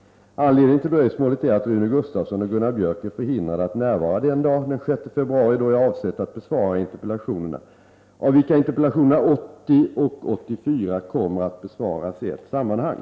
Anledningen till dröjsmålet är att Rune Gustavsson och Gunnar Biörck är förhindrade att närvara den dag, den 6 februari, då jag avsett att besvara interpellationerna, av vilka interpellationerna 80 och 84 kommer att besvaras i ett sammanhang.